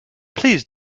please